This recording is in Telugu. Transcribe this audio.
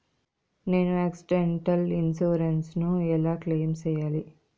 నేను ఆక్సిడెంటల్ ఇన్సూరెన్సు ను ఎలా క్లెయిమ్ సేయాలి?